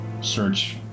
search